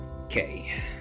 okay